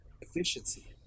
efficiency